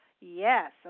Yes